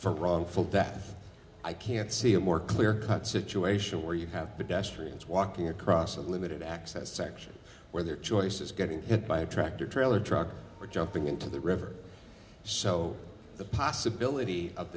for wrongful death i can't see a more clear cut situation where you have the best trains walking across a limited access section where their choice is getting hit by a tractor trailer truck or jumping into the river so the possibility of